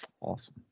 Awesome